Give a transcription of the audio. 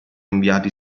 inviati